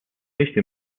eesti